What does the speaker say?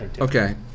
Okay